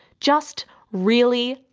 just really,